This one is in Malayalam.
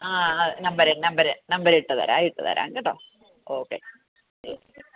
ആഹ് നമ്പര് നമ്പര് നമ്പര് ഇട്ടു തരാം ഇട്ടു തരാം കേട്ടോ ഓക്കെ ശരി ശരി